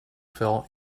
fell